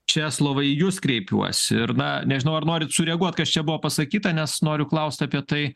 česlovai į jus kreipiuosi ir na nežinau ar norit sureaguot kas čia buvo pasakyta nes noriu klaust apie tai